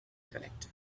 collector